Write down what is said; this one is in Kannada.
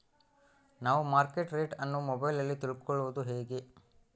ನಾವು ಮಾರ್ಕೆಟ್ ರೇಟ್ ಅನ್ನು ಮೊಬೈಲಲ್ಲಿ ತಿಳ್ಕಳೋದು ಹೇಗೆ?